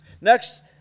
Next